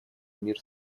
мир